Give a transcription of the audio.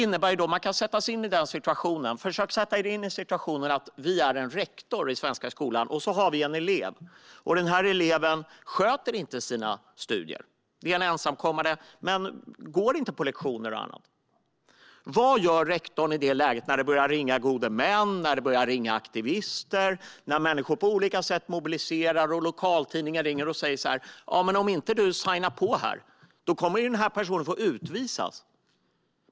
Försök sätta er in i situationen att ni är en rektor i en svensk skola. Ni har en ensamkommande elev som inte sköter sina studier och inte går på lektioner och annat. Vad gör rektorn i det läget? Vad gör rektorn när gode män och aktivister börjar ringa, när människor på olika sätt mobiliserar och när lokaltidningar ringer och säger att personen kommer att utvisas om ni inte skriver på?